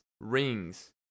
rings